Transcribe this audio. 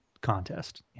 contest